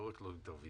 לא רק לא מתערבים,